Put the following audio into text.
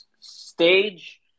stage